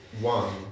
one